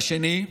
השני,